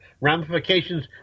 ramifications